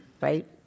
right